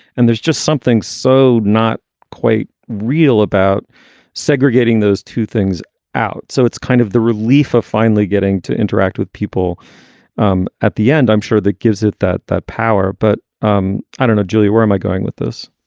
and there's just something so not quite real about segregating those two things out. so it's kind of the relief of finally getting to interact with people um at the end. i'm sure that gives it that that power. but um i don't know. julie, where am i going with this?